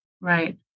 Right